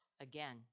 Again